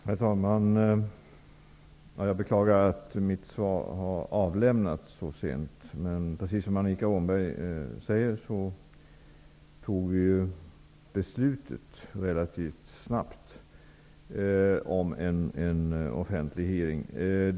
Herr talman! Jag beklagar att mitt svar har avlämnats så sent, men precis som Annika Åhnberg säger fattades beslutet om en offentlig hearing relativt snabbt.